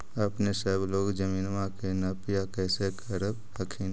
अपने सब लोग जमीनमा के नपीया कैसे करब हखिन?